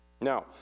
Now